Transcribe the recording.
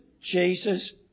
Jesus